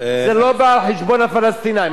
זה לא בא על חשבון הפלסטינים,